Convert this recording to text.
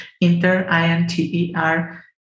inter-I-N-T-E-R